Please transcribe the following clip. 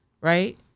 right